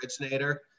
originator